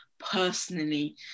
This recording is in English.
personally